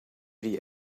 die